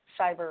cyber